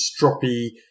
stroppy